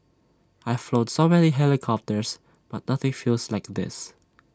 I've flown so many helicopters but nothing feels like this